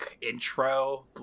intro